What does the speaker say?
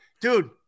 Dude